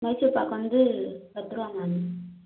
மைசூர்பாக் வந்து பத்து ரூபா மேம்